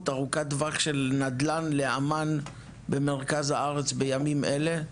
ארוכת טווח של נדל"ן לאמ"ן במרכז הארץ בימים אלה.